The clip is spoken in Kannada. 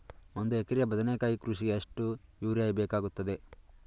ಒಂದು ಎಕರೆ ಬದನೆಕಾಯಿ ಕೃಷಿಗೆ ಎಷ್ಟು ಯೂರಿಯಾ ಬೇಕಾಗುತ್ತದೆ?